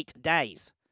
days